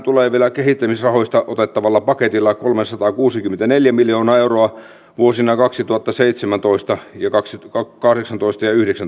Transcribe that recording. tiukassa nopeatahtisessa keskustelussa sattuu virheitä ja on ymmärrettävää että niitä tapahtuu myös tässä talossa